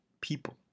people